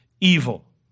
evil